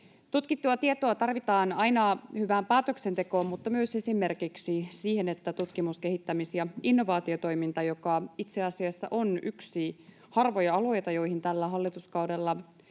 Tutkittua tietoa tarvitaan aina hyvään päätöksentekoon, mutta myös esimerkiksi siihen, että tutkimus-, kehittämis- ja innovaatiotoimintaan, joka itse asiassa on yksi harvoja alueita, joihin tällä hallituskaudella